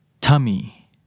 tummy